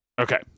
Okay